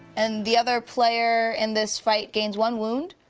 and the other player in this fight gains one wound.